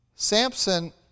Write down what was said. Samson